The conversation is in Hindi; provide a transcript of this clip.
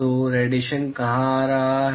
तो रेडिएशन कहाँ आ रहा है